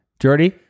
Jordy